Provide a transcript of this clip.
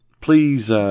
please